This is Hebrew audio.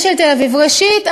ראשית,